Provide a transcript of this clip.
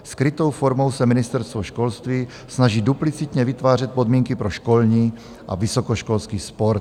Skrytou formou se ministerstvo školství snaží duplicitně vytvářet podmínky pro školní a vysokoškolský sport.